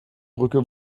brücke